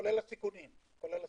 כולל הסיכונים.